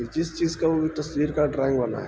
جس چیز کا وہ بھی تصویر کا ڈرائنگ بناائ ہے